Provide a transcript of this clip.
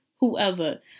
whoever